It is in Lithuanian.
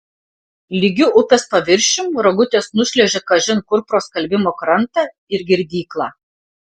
lygiu upės paviršium rogutės nušliuožia kažin kur pro skalbimo krantą ir girdyklą